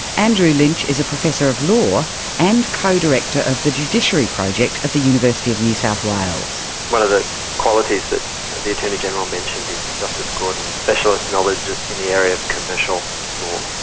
andrew lynch is a professor of law and co-director of the judiciary project at the university of new south wales. one of the qualities that the attorney general mentioned is justice gordon's specialist knowledge in the area of commercial law,